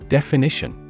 Definition